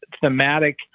thematic